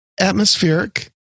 atmospheric